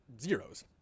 zeros